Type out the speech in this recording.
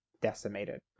decimated